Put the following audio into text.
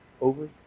over